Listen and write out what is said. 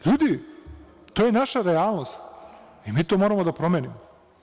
Ljudi, to je naša realnost i mi to moramo da promenimo.